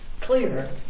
clear